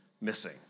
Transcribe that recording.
missing